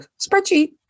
spreadsheet